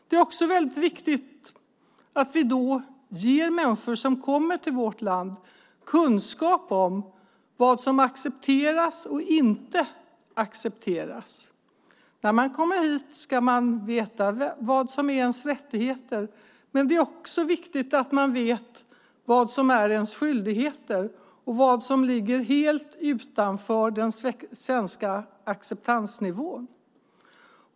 Det är viktigt att vi ger människor som kommer till vårt land kunskap om vad som accepteras och inte accepteras. När man kommer hit ska man veta vad som är ens rättigheter, men det är också viktigt att man vet vad som är ens skyldigheter och vad som ligger helt utanför den svenska acceptansnivån.